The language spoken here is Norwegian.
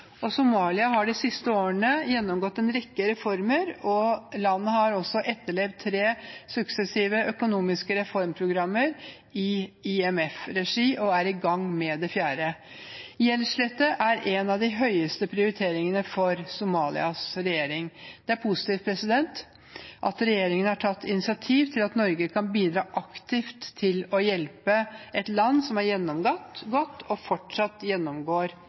Somalia har de siste årene gjennomgått en rekke reformer. Landet har også etterlevd tre suksessive økonomiske reformprogrammer i IMF-regi og er i gang med det fjerde. Gjeldsslette er en av de høyeste prioriteringene for Somalias regjering. Det er positivt at regjeringen har tatt initiativ til at Norge kan bidra aktivt til å hjelpe et land som har gjennomgått og fortsatt gjennomgår